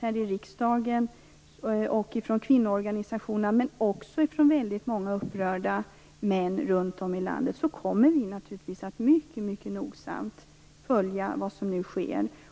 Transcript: här i riksdagen liksom kvinnoorganisationerna men också väldigt många upprörda män runt om i landet kommer naturligtvis att mycket, mycket nogsamt följa vad som nu sker.